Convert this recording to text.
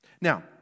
Now